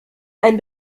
ein